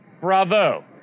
Bravo